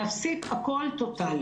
להפסיק הכול טוטלית.